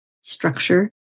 structure